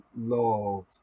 love